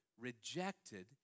rejected